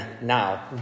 now